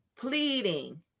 pleading